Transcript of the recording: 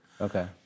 Okay